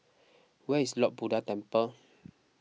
where is Lord Buddha Temple